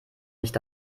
nicht